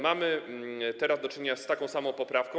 Mamy teraz do czynienia z taką samą poprawką.